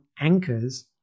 anchors